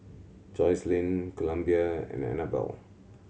Jocelyne Columbia and Annabelle